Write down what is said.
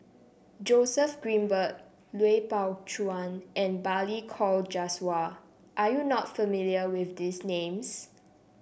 Joseph Grimberg Lui Pao Chuen and Balli Kaur Jaswal are you not familiar with these names